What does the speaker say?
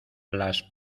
las